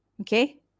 Okay